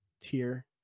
tier